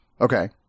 Okay